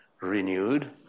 renewed